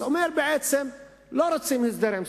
אז זה אומר בעצם: לא רוצים הסדר עם סוריה.